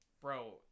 Bro